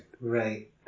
Right